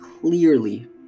clearly